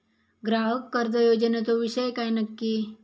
ग्राहक कर्ज योजनेचो विषय काय नक्की?